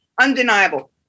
Undeniable